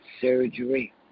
surgery